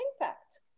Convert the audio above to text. impact